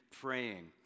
praying